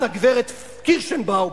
הגברת קירשנבאום,